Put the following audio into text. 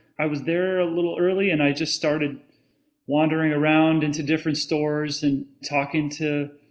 i was there a little early and i just started wandering around into different stores and talking to,